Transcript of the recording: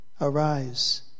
Arise